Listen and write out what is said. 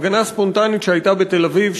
הפגנה ספונטנית שהייתה בתל-אביב,